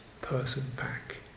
person-pack